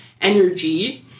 energy